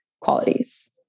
qualities